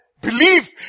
believe